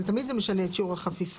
אבל תמיד זה משנה את שיעור החפיפה.